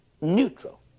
neutral